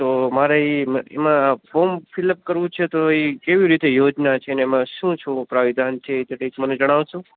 તો મારે એ એમાં ફોમ ફિલઅપ કરવું છે તો એ કેવી રીતે યોજના છે ને એમાં શું શું પ્રાવધાન છે એ જરીક મને જણાવશો